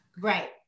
Right